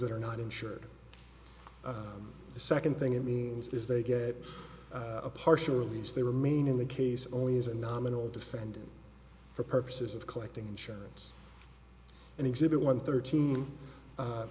that are not insured the second thing it means is they get a partial release they remain in the case only as a nominal defendant for purposes of collecting insurance and exhibit one thirteen